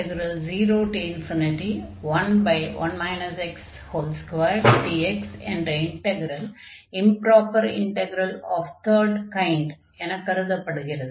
011 x2dx என்ற integral improper integral of third kind எனக் கருதப்படுகிறது